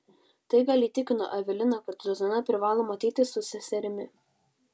tai gal įtikino eveliną kad zuzana privalo matytis su seserimi